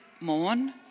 mourn